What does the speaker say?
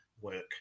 work